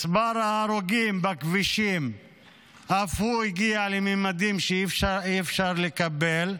מספר ההרוגים בכבישים אף הוא הגיע לממדים שאי-אפשר לקבל,